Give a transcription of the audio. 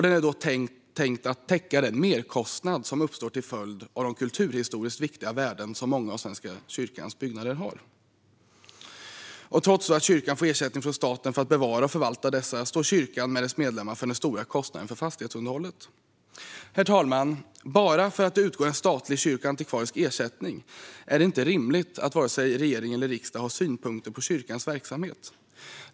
Den är tänkt att täcka den merkostnad som uppstår till följd av de kulturhistoriskt viktiga värden som många av Svenska kyrkans byggnader har. Trots att kyrkan får ersättning från staten för att bevara och förvalta dessa står kyrkan med dess medlemmar för den stora kostnaden för fastighetsunderhållet. Herr talman! Bara för att det utgår en statlig kyrkoantikvarisk ersättning är det inte rimligt att vare sig regering eller riksdag har synpunkter på kyrkans verksamhet.